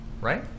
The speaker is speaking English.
right